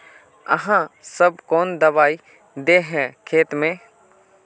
आहाँ सब कौन दबाइ दे है खेत में?